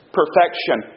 perfection